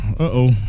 Uh-oh